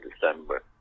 December